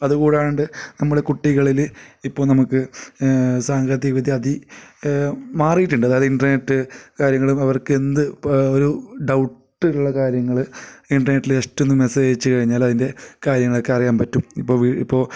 അതുകൂടാണ്ട് നമുക്ക് കുട്ടികളിൽ ഇപ്പോൾ നമുക്ക് സാങ്കേതിക വിദ്യ അതി മാറിയിട്ടുണ്ട് അതായത് ഇൻ്റർനെറ്റ് കാര്യങ്ങളും അവർക്കെന്ത് ഇപ്പം ഒരു ഡൗട്ട് ഉള്ള കാര്യങ്ങൾ ഇൻ്റർനെറ്റിൽ ജസ്റ്റ് ഒന്നു മെസ്സേജ് അയച്ചു കഴിഞ്ഞാൽ അതിൻ്റെ കാര്യങ്ങളൊക്കെ അറിയാൻ പറ്റും ഇപ്പോൾ വീ ഇപ്പോൾ